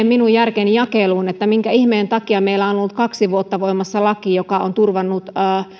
minun järkeni jakeluun ei mene se minkä ihmeen takia meillä on on ollut kaksi vuotta voimassa laki joka on turvannut vain